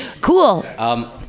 Cool